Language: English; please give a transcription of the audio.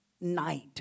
night